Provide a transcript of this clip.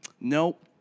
Nope